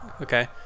okay